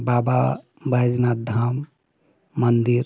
बाबा बैजनाथ धाम मंदिर